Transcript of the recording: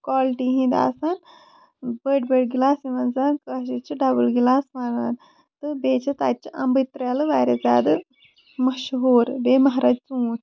quality ہِند آسان بٔڑۍ بٔڑۍ گِلاسہٕ یِمن زَن کٲشِر چھِ ڈَبٕل گِلاسہٕ وَنان تہٕ بیٚیہِ چھُ تَتہِ چھِ اَمبٕرۍ تریلہٕ واریاہ زیادٕ مَشہوٗر بیٚیہِ مہراجہِ ژوٗنٹھۍ